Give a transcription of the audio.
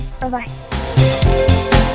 Bye-bye